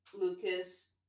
Lucas